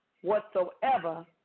Whatsoever